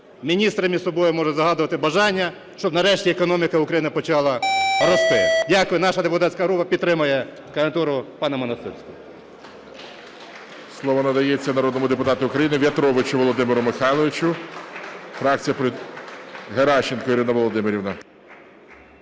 міністри між собою можуть загадувати бажання, щоб нарешті економіка України почала рости. Дякую. Наша депутатська група підтримує кандидатуру пана Монастирського.